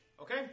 Okay